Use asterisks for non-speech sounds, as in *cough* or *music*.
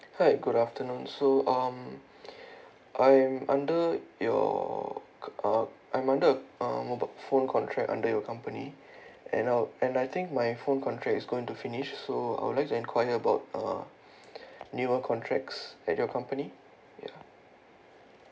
hi good afternoon so um *breath* I'm under your uh I'm under uh mobile phone contract under your company *breath* and I'll and I think my phone contract is going to finish so I would like to inquire about uh *breath* newer contracts at your company ya